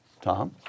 Tom